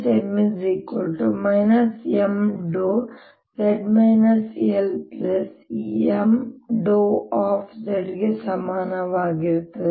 M Mδz LMδ ಗೆ ಸಮನಾಗಿರುತ್ತದೆ